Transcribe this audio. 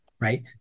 Right